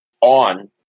on